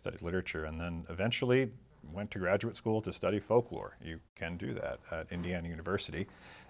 studied literature and then eventually went to graduate school to study folklore you can do that at indiana university